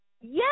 Yes